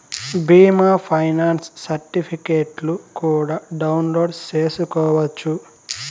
బీమా ఫైనాన్స్ సర్టిఫికెట్లు కూడా డౌన్లోడ్ చేసుకోవచ్చు